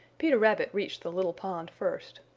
peter rabbit reached the little pond first.